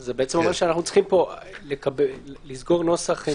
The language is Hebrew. זה בעצם אומר שאנחנו צריכים פה לסגור נוסח.